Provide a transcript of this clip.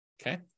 Okay